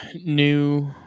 new